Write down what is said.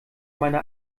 meine